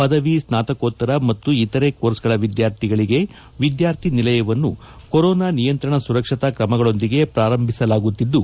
ಪದವಿ ಸ್ನಾತಕೋತ್ತರ ಮತ್ತು ಇತರೆ ಕೋರ್ಸ್ಗಳ ವಿದ್ಯಾರ್ಥಿಗಳಿಗೆ ವಿದ್ಯಾರ್ಥಿನಿಲಯವನ್ನು ಕೊರೋನಾ ನಿಯಂತ್ರಣ ಸುರಕ್ಷತಾ ಕ್ರಮಗಳೊಂದಿಗೆ ಪ್ರಾರಂಭಿಸಲಾಗುತ್ತಿದ್ದು